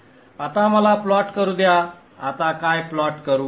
आता मला प्लॉट करू द्या आता काय प्लॉट करू